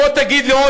בוא תגיד לי,